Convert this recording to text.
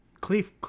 Cliff